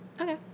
Okay